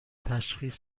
تشخیص